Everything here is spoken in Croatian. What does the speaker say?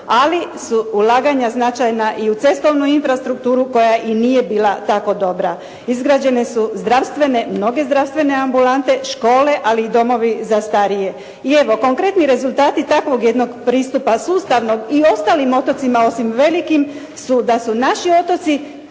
ali su ulaganja značajna i u cestovnu infrastrukturu koja i nije bila tako dobra. Izgrađene su zdravstvene, mnoge zdravstvene ambulante, škole, ali i domovi za starije. I evo, konkretni rezultati takvog jednog pristupa sustavnog i ostalim otocima osim velikim su da su naši otoci